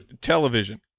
television